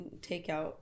Takeout